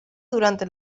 durante